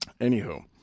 anywho